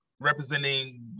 representing